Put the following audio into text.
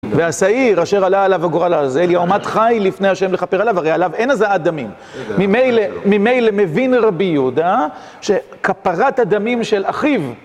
והשעיר, אשר עלה עליו הגורל הזה, יעמד חי לפני השם לכפר עליו, הרי עליו אין הזאת דמים. ממילא מבין רבי יהודה, שכפרת הדמים של אחיו.